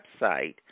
website